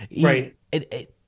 Right